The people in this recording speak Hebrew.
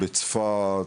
בצפת,